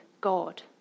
God